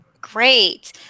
Great